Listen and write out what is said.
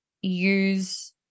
use